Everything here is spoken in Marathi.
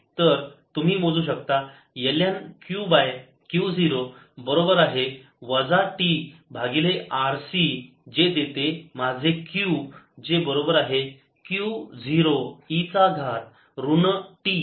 तर तुम्ही मोजू शकता ln Q बाय Q 0 बरोबर आहे वजा t भागिले RC जे देते माझे Q जे बरोबर आहे Q 0 e चा घात ऋण t भागिले RC